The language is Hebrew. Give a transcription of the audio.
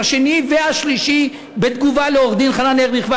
השני והשלישי על עורך-דין חנן ארליך,